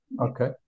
Okay